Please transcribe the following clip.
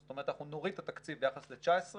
זאת אומרת אנחנו נוריד את התקציב ביחס ל-19'.